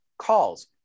calls